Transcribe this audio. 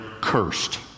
cursed